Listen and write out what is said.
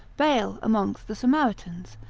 baal amongst the samaritans,